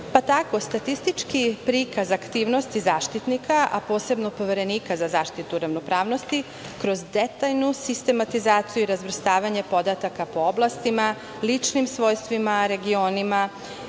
Pa, tako statistički prikaz aktivnosti Zaštitnika, a posebno Poverenika za zaštitu ravnopravnosti kroz detaljnu sistematizaciju i razvrstavanje podataka po oblastima, ličnim svojstvima, regionima